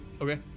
Okay